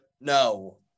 No